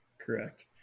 correct